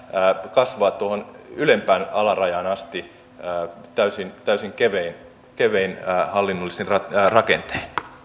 kasvaa tuohon ylempään alarajaan asti täysin täysin kevein kevein hallinnollisin rakentein